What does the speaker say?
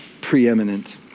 preeminent